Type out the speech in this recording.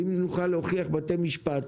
ואם נוכל להוכיח בבתי משפט